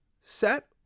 set